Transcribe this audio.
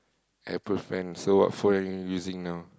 apple fan so what phone are you using now